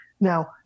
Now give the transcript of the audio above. Now